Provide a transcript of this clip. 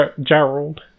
Gerald